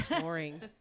Boring